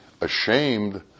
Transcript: ashamed